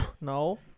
No